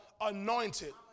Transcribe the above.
anointed